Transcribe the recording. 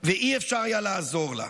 ולא היה אפשר לעזור לה.